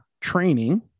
training